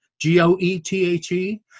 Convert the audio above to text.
g-o-e-t-h-e